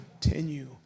continue